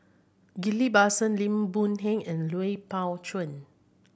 Ghillie Basan Lim Boon Heng and Lui Pao Chuen